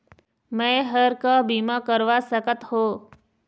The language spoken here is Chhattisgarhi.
मैं हर का बीमा करवा सकत हो?